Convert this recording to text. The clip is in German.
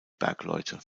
bergleute